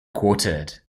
quartered